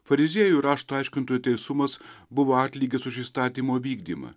fariziejų rašto aiškintojų teisumas buvo atlygis už įstatymo vykdymą